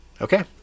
Okay